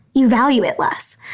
you value it less.